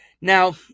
Now